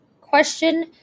Question